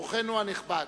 אורחנו הנכבד,